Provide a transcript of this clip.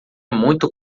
muito